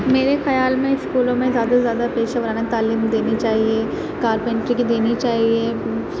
میرے خیال میں اسکولوں میں زیادہ سے زیادہ پیشہ وارانہ تعلیم دینی چاہیے کارپینٹر کی دینی چاہیے